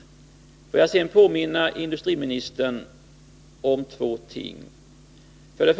Får jag sedan påminna industriministern om två ting. 1.